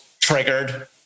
triggered